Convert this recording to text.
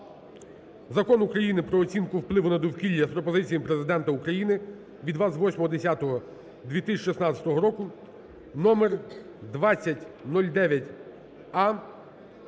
Закон України "Про оцінку впливу на довкілля" з пропозиціями Президента України від 28.10.2016 року (№ 2009а).